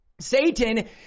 Satan